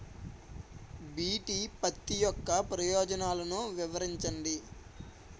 BT పత్తి యొక్క ప్రయోజనాలను వివరించండి?